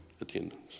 attendance